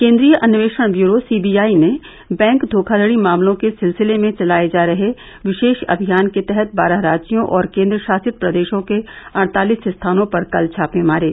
केंद्रीय अन्वेषण bureau CBI ने बैंक धोखाधड़ी मामलों के सिलसिले में चलाये जा रहे विशेष अभियान के तहत बारह राज्यों और केन्द्र शासित प्रदेशों के अड़तालिस स्थानों पर कल छापे मारे